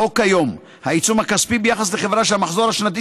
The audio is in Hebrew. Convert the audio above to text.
בחוק כיום העיצום הכספי ביחס לחברה שהמחזור השנתי